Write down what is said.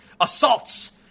assaults